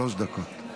שלוש דקות.